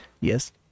yes